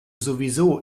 sowieso